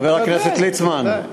תודה לחבר הכנסת ליצמן.